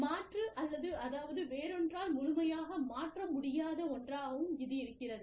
மாற்று அல்லாத அதாவது வேறொன்றால் முழுமையாக மாற்ற முடியாத ஒன்றாகவும் இது இருக்கிறது